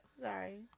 Sorry